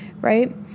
right